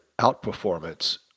outperformance